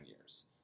years